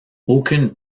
aucune